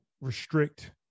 restrict